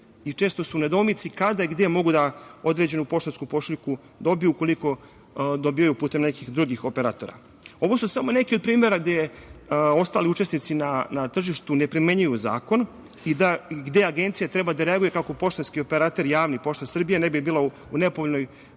često su u nedoumici kada i gde mogu da određenu poštansku pošiljku dobiju ukoliko dobijaju putem nekih drugim operatora. Ovo su samo neki od primera gde ostali učesnici na tržištu ne primenjuju zakon i gde Agencija treba da reaguje kako poštanski operater javni, „Pošta Srbije“ ne bi bila u nepovoljnoj